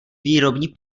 výrobní